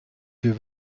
wir